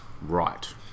Right